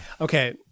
okay